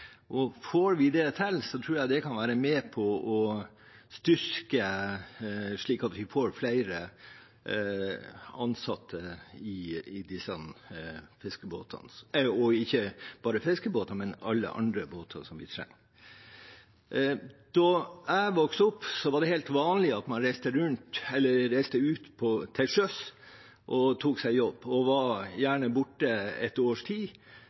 Får vi det til, tror jeg det kan være med på å styrke og få flere ansatte i fiskebåtene – og ikke bare i fiskebåter, men i alle andre båter som vi trenger. Da jeg vokste opp, var det helt vanlig at man reiste til sjøs og tok seg jobb. Man var gjerne borte et års tid